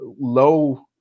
low